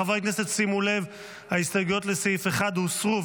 חברי הכנסת, שימו לב, ההסתייגויות לסעיף 1 הוסרו.